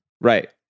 Right